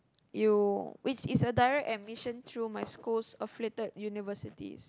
you which is a direct admission through my school's affiliated university